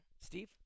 Steve